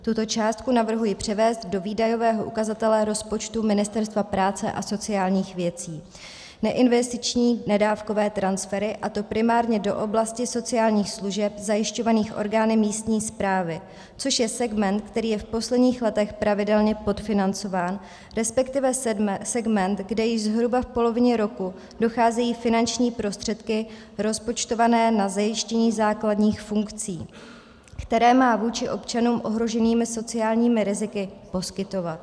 Tuto částku navrhuji převést do výdajového ukazatele rozpočtu Ministerstva práce a sociálních věcí, neinvestiční nedávkové transfery, a to primárně do oblasti sociálních služeb zajišťovaných orgány místní správy, což je segment, který je v posledních letech pravidelně podfinancován, resp. segment, kde již zhruba v polovině roku docházejí finanční prostředky rozpočtované na zajištění základních funkcí, které má vůči občanům ohroženým sociálními riziky poskytovat.